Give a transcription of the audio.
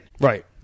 Right